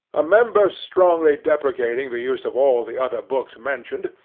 a member strongly deprecating the use of all the other books mentioned,